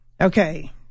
okay